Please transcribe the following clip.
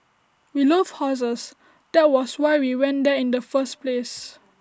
we love horses that was why we went there in the first place